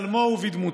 בצלמו ובדמותו.